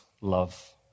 love